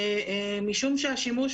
משום שהשימוש